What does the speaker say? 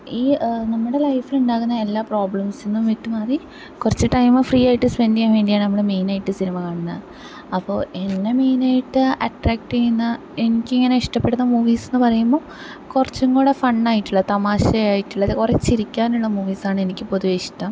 ഈ നമ്മുടെ ലൈഫിലുണ്ടാകുന്ന എല്ലാ പ്രോബ്ലംസിൽ നിന്നും വിട്ട് മാറി കുറച്ച് ടൈമ് ഫ്രീയായിട്ട് സ്പെൻഡ് ചെയ്യാൻ വേണ്ടിയാണ് നമ്മള് സിനിമ കാണുന്നത് അപ്പോൾ എന്നെ മെയിനായിട്ട് അട്രാക്ട് ചെയ്യുന്ന എനിക്കിങ്ങനെ ഇഷ്ടപ്പെടുന്ന മൂവീസ് എന്ന് പറയുമ്പം കുറച്ചും കൂടെ ഫണ്ണായിട്ടുള്ളത് തമാശയായിട്ടുള്ളത് കുറെ ചിരിക്കാനുള്ള മൂവീസാണ് എനിക്ക് പൊതുവെ ഇഷ്ടം